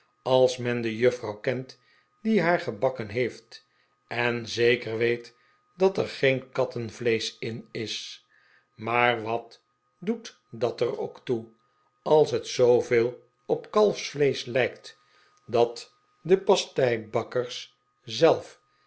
als men de juffrouw kent die haar gebakken heeft en zeker weet dat er geen kattenvleesch in is maar wat doet dat er ook toe als het zooveel op kalfsvleesch lijkt dat de pasteibakkers zelf